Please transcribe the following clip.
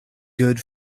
good